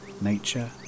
nature